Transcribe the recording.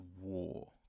war